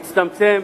תצטמצם.